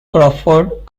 crawford